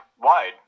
wide